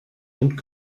und